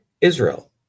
Israel